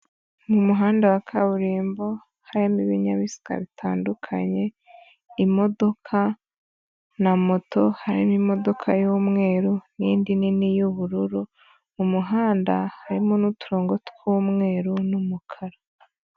Mu muhanda wa kaburimbo harimo ibinyabiziga bitandukanye, imodoka na moto, harimo imodoka y'umweru n'indi nini y'ubururu, mu muhanda harimo n'uturongo tw'umweru n'umukara.